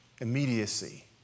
Immediacy